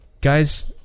Guys